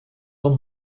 del